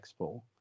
Expo